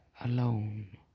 alone